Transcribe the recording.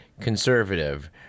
conservative